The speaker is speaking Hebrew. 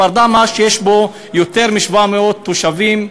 בכפר דהמש יש יותר מ-700 תושבים,